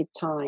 time